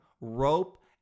rope